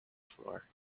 floor